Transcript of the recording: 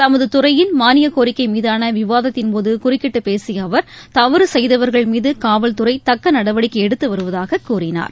தமது துறையின் மானிக்கோரிக்கை மீதான விவாதத்தின்போது குறுக்கிட்டு பேசிய அவர் தவறு செய்தவர்கள் மீது காவல்துறை தக்க நடவடிக்கை எடுத்து வருவதாக கூறினார்